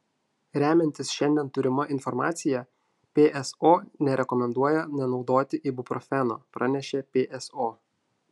remiantis šiandien turima informacija pso nerekomenduoja nenaudoti ibuprofeno pranešė pso